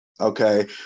Okay